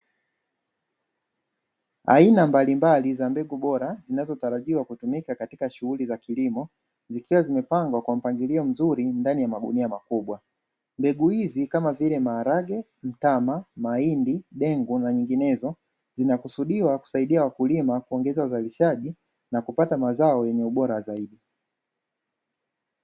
Aina mbalimbali za mbegu bora zinazotarajiwa kutumika katika shughuli za kilimo, zikiwa zimepangwa kwa mpangilio mzuri ndani ya magunia makubwa; mbegu hizi ni kama vile: maharage, mtama, mahindi, dengu, na nyinginezo; zinakusudiwa kusaidia wakulima kuongeza uzalishaji na kupata mazao yenye ubora zaidi.